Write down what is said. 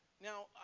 Now